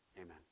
amen